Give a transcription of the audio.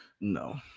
No